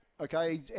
okay